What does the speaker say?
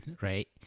right